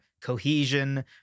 cohesion